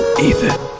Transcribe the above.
Ethan